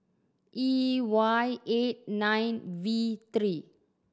E Y eight nine V three